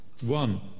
one